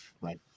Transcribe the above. Right